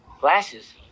Glasses